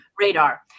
radar